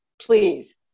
please